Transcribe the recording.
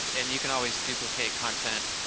and you can always duplicate content.